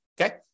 okay